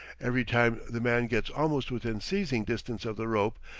every time the man gets almost within seizing distance of the rope,